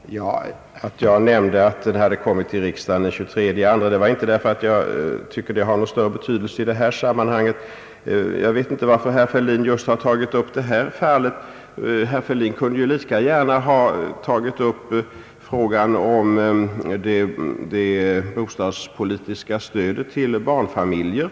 Herr talman! Att jag nämnde att propositionen hade kommit till riksdagen den 23 var inte därför att jag tyckte att detta hade någon större betydelse i sammanhanget. Jag förstår inte varför herr Fälldin tagit upp just detta fall. Han kunde lika gärna ha tagit upp frågan om det bostadspolitiska stödet till barnfamiljerna.